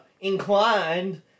inclined